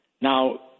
Now